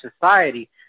society